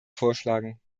vorschlagen